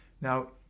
Now